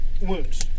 wounds